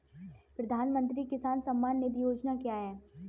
प्रधानमंत्री किसान सम्मान निधि योजना क्या है?